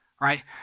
right